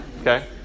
Okay